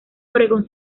oregon